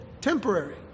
temporary